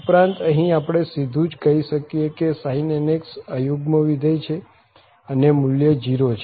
ઉપરાંત અહીં આપણે સીધું જ કહી શકીએ કે sin nx અયુગ્મ વિધેય છે અને મુલ્ય 0 છે